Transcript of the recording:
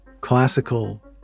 Classical